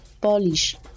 Polish